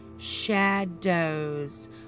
Shadows